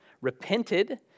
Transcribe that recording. repented